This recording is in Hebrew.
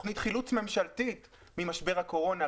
שום תוכנית חילוץ ממשלתית ממשבר הקורונה.